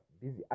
busy